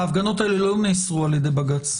ההפגנות האלה לא נאסרו על ידי בג"ץ.